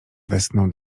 westchnął